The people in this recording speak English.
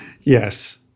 Yes